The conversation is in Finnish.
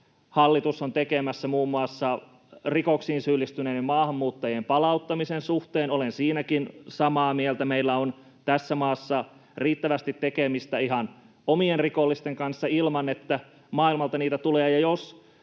hallitus on tekemässä muun muassa rikoksiin syyllistyneiden maahanmuuttajien palauttamisen suhteen, olen siinäkin samaa mieltä. Meillä on tässä maassa riittävästi tekemistä ihan omien rikollisten kanssa, ilman että maailmalta niitä tulee.